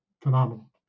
phenomenal